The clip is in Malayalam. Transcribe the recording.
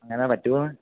അങ്ങനെ പറ്റുമോന്ന്